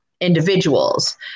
individuals